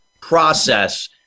process